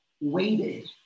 waited